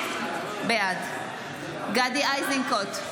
בעד גדי איזנקוט,